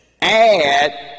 add